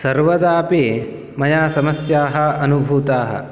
सर्वदापि मया समस्याः अनुभूताः